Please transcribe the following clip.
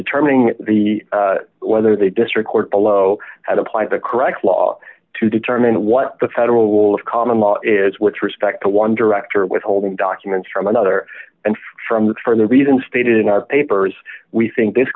determining the whether the district court below had applied the correct law to determine what the federal rule of common law is with respect to one director withholding documents from another and from that for the reason stated in our papers we think this